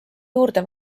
juurde